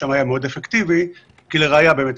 מי לוקח את האחריות על אותו מאמץ